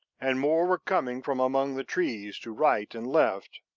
and more were coming from among the trees to right and left.